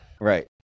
Right